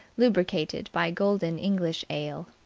lubricated by golden english ale.